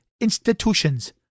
institutions